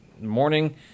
morning